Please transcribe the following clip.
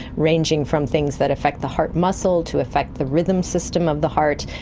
ranging from things that affect the heart muscle to affect the rhythm system of the heart,